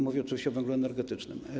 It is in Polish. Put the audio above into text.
Mówię oczywiście o węglu energetycznym.